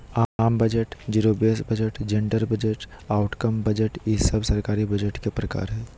आम budget, zero base budget, gender budget, outcome budget ई सब सरकारी बजट के प्रकार हय